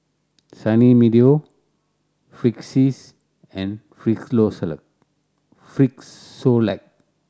Sunny Meadow Friskies and Frisolac